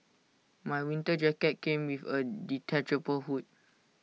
my winter jacket came with A detachable hood